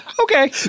Okay